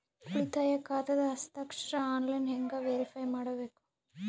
ಉಳಿತಾಯ ಖಾತಾದ ಹಸ್ತಾಕ್ಷರ ಆನ್ಲೈನ್ ಹೆಂಗ್ ವೇರಿಫೈ ಮಾಡಬೇಕು?